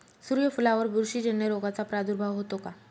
सूर्यफुलावर बुरशीजन्य रोगाचा प्रादुर्भाव होतो का?